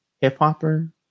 Hip-hopper